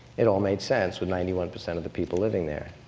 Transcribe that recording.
it all made sense, with ninety one percent of the people living there.